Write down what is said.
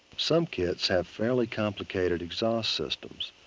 some kits have fairly complicated exhaust systems.